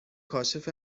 کاشف